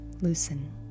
loosen